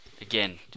again